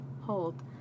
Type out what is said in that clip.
hold